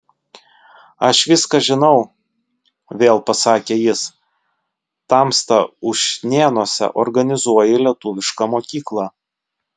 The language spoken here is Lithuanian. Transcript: aš viską žinau vėl pasakė jis tamsta ušnėnuose organizuoji lietuvišką mokyklą